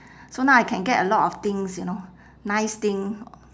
so now I can get a lot of things you know nice thing